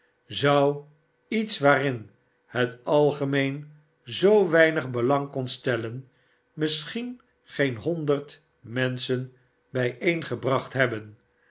zou iets waarin het algemeen zoo weinig belang kon stellen misschien geene honderd menschen bijeengebracht hebben